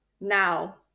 Now